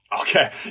Okay